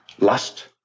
lust